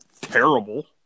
terrible